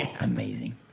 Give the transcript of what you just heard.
Amazing